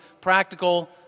practical